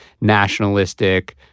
nationalistic